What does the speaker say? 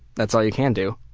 that's all you can do.